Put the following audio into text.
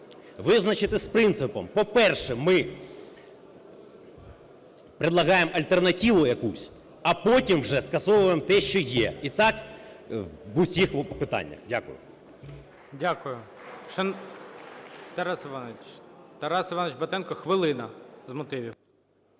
визначитись з принципом: по-перше, ми предлагаем альтернативу якусь, а потім вже скасовуємо те, що є. І так в усіх питаннях. Дякую. ГОЛОВУЮЧИЙ. Дякую. Шановні… Тарас Іванович Батенко, хвилина з мотивів.